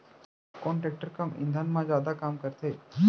कोन टेकटर कम ईंधन मा जादा काम करथे?